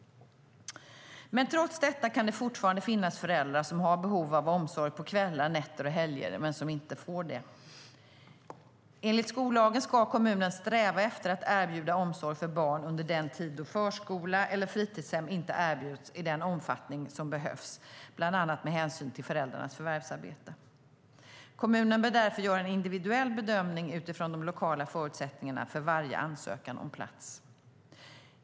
Trots detta kan det fortfarande finnas föräldrar som har behov av omsorg på kvällar, nätter och helger men som inte får det. Enligt skollagen ska kommunen sträva efter att erbjuda omsorg för barn under den tid då förskola eller fritidshem inte erbjuds i den omfattning som behövs, bland annat med hänsyn till föräldrarnas förvärvsarbete. Kommunen bör därför göra en individuell bedömning utifrån de lokala förutsättningarna för varje ansökan om plats.